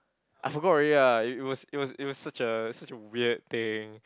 I forgot already lah it was it was it was such a such a weird thing